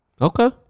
Okay